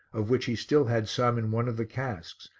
of which he still had some in one of the casks,